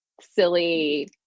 silly